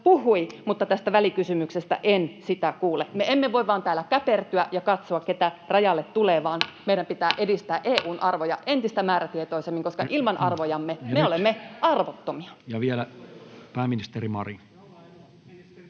puhui, mutta tästä välikysymyksestä en sitä kuule. Me emme voi vain täällä käpertyä ja katsoa, ketä rajalle tulee, vaan meidän pitää edistää EU:n arvoja entistä määrätietoisemmin, koska ilman arvojamme me olemme arvottomia. [Speech 70] Speaker: